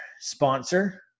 sponsor